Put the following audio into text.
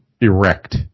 erect